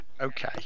Okay